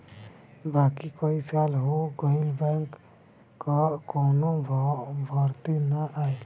बाकी कई साल हो गईल बैंक कअ कवनो भर्ती ना आईल